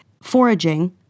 foraging